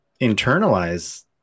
internalize